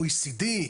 OECD,